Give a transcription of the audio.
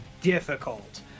difficult